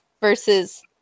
versus